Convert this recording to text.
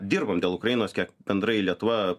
dirbam dėl ukrainos kiek bendrai lietuva